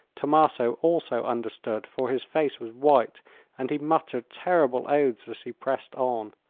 tommaso also understood, for his face was white and he muttered terrible oaths as he pressed on.